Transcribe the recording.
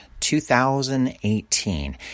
2018